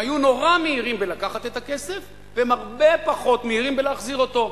הם היו נורא מהירים בלקחת את הכסף והם הרבה פחות מהירים בלהחזיר אותו.